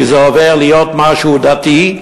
כי זה עובר להיות משהו דתי,